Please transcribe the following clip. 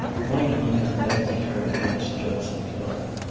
might on his death turn against judson clark.